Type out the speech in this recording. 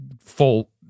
Full